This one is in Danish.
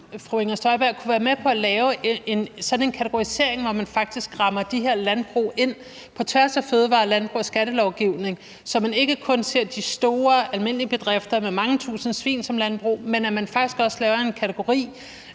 kunne være med på at lave sådan en kategorisering, hvor man faktisk rammer de her landbrug ind på tværs af fødevare-, landbrug- og skattelovgivning, så man ikke kun ser de store almindelige bedrifter med mange tusind svin som landbrug, men at man faktisk også laver en kategori,